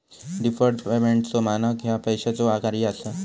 deferred पेमेंटचो मानक ह्या पैशाचो कार्य असा